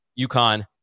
UConn